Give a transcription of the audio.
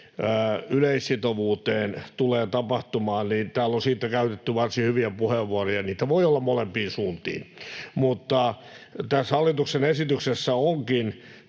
yleissitovuuteen tulee tapahtumaan: Täällä on siitä käytetty varsin hyviä puheenvuoroja, ja niitä voi olla molempiin suuntiin. Mutta tässä hallituksen esityksessä onkin